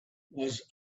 was